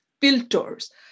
filters